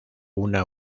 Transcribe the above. una